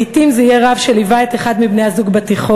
לעתים זה יהיה רב שליווה את אחד מבני-הזוג בתיכון,